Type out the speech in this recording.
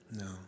No